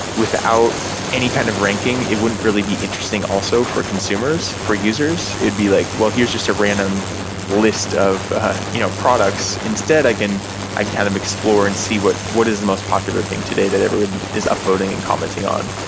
without any kind of ranking, it wouldn't really be interesting also for consumers, for users. it'd be like, well, here's just a random list of ah you know products. instead, i can and kind of explore and see what what is the most popular thing today that everyone is up-voting and commenting on?